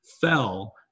fell